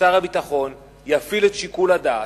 ששר הביטחון יפעיל את שיקול הדעת,